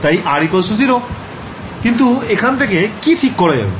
তাই R0 কিন্তু এখান থেকে কি ঠিক করা যাবে